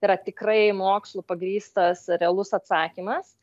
yra tikrai mokslu pagrįstas realus atsakymas